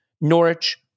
Norwich